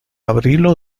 abrirlo